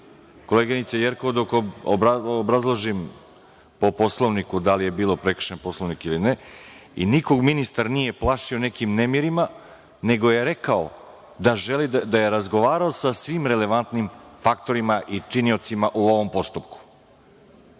Jerkov, dok obrazložim po Poslovniku da li je bio prekršen Poslovnik ili ne i nikoga ministar nije plašio nekim nemirima, nego je rekao da je razgovarao sa svim relevantnim faktorima, činiocima u ovom postupku.